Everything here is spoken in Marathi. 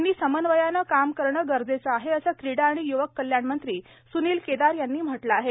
यांनी समन्वयानं काम करणं गरजेचं आहे असं क्रीडा आणि य्वक कल्याण मंत्री सुनील केदार यांनी म्हटलं आहे